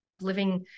living